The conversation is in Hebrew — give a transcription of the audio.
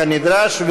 כנדרש.